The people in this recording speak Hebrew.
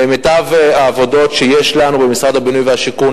למיטב העבודות שיש לנו במשרד הבינוי והשיכון